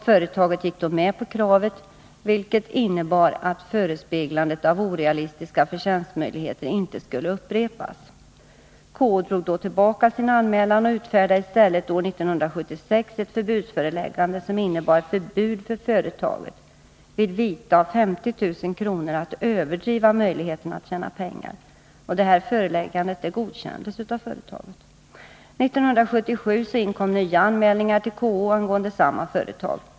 Företaget gick då med på kravet att förespeglandet av ”orealistiska förtjänstmöjligheter” inte skulle upprepas. KO drog tillbaka sin anmälan. År 1976 utfärdade KO ett förbudsföreläggande, som innebar förbud för företaget vid vite av 50 000 kr. att överdriva möjligheterna att tjäna pengar. Detta föreläggande godkändes av företaget. 1977 inkom nya anmälningar till KO angående samma företag.